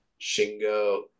Shingo